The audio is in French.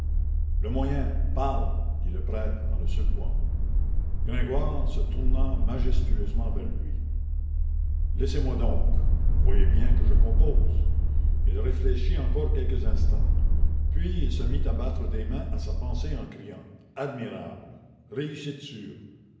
le moyen parle dit le prêtre en le secouant gringoire se tourna majestueusement vers lui laissez-moi donc vous voyez bien que je compose il réfléchit encore quelques instants puis il se mit à battre des mains à sa pensée en criant admirable réussite sûre